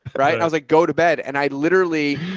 right. i was like, go to bed and i literally.